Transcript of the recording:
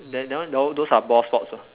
that that one those those are ball sports [what]